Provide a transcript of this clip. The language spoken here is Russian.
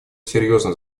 серьезно